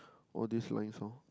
all this lines loh